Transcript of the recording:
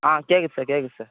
ஆ கேட்குது சார் கேட்குது சார்